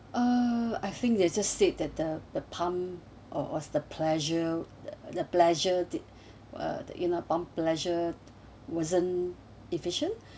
uh I think they just said that the the pump or was the pressure the pressure did uh the you know pump pressure wasn't efficient